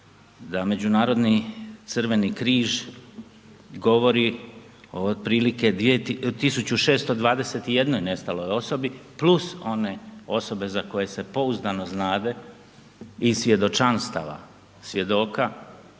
da međunarodni Crveni križ govori o otprilike 1621 nestaloj osobi one osobe za koje se pouzdano znade iz svjedočanstava svjedoka